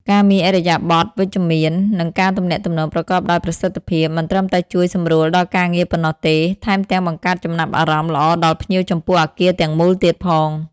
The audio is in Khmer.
ការមានឥរិយាបថវិជ្ជមាន និងការទំនាក់ទំនងប្រកបដោយប្រសិទ្ធភាព មិនត្រឹមតែជួយសម្រួលដល់ការងារប៉ុណ្ណោះទេ ថែមទាំងបង្កើតចំណាប់អារម្មណ៍ល្អដល់ភ្ញៀវចំពោះអគារទាំងមូលទៀតផង។